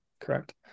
Correct